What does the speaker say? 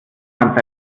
man